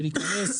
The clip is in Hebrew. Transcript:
ולהיכנס,